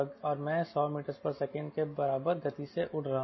और मैं 100 ms के बराबर गति से उड़ रहा हूं